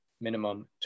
minimum